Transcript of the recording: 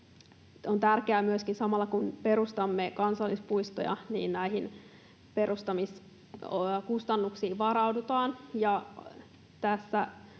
On tärkeää myöskin samalla, kun perustamme kansallispuistoja, että näihin perustamiskustannuksiin varaudutaan,